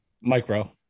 micro